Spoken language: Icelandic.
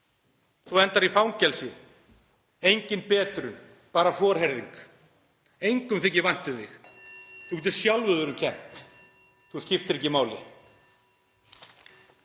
Þú endar í fangelsi, engin betrun, bara forherðing. Engum þykir vænt um þig, þú getur sjálfum þér um kennt. Þú skiptir ekki máli.